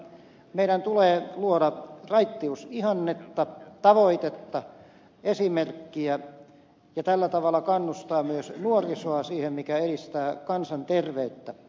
meidän tulee luoda raittiusihannetta tavoitetta esimerkkiä ja tällä tavalla kannustaa myös nuorisoa siihen mikä edistää kansanterveyttä